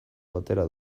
batera